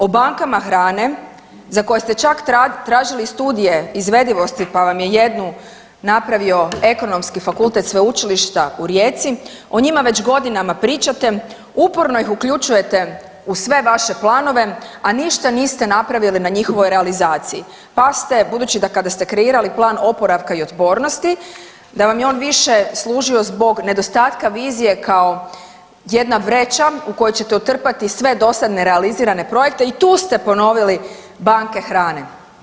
O bankama hrane, za koje ste čak tražili studije izvedivosti pa vam je jednu napravio Ekonomski fakultet Sveučilišta u Rijeci, o njima već godinama pričate, uporno ih uključujete u sve vaše planove, a ništa niste napravili na njihovoj realizaciji pa ste, budući da kada ste kreirali Plan oporavka i otpornosti da vam je on više služio zbog nedostatka vizije kao jedna vreća u koju ćete utrpate sve dosad nerealizirane projekte i tu ste ponoviti banke hrane.